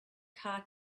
car